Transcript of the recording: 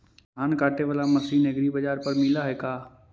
धान काटे बाला मशीन एग्रीबाजार पर मिल है का?